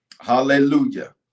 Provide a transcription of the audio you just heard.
Hallelujah